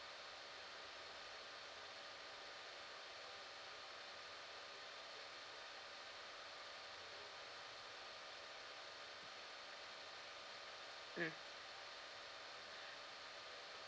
mm